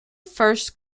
first